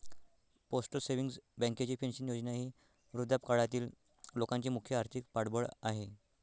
postal savings बँकेची pension योजना ही वृद्धापकाळातील लोकांचे मुख्य आर्थिक पाठबळ आहे